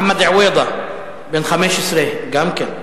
מוחמד עווידה, בן 15 גם כן,